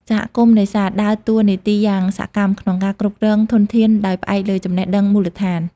សហគមន៍នេសាទ ដើរតួនាទីយ៉ាងសកម្មក្នុងការគ្រប់គ្រងធនធានដោយផ្អែកលើចំណេះដឹងមូលដ្ឋាន។